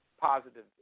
positive